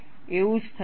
એવું જ થાય છે